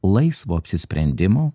laisvo apsisprendimo